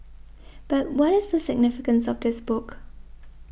but what is the significance of this book